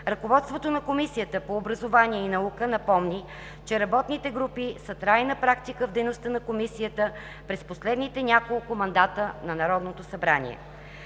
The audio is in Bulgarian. Ръководството на Комисията по образованието и науката напомни, че работните групи са трайна практика в дейността на Комисията през последните няколко мандата на Народното събрание.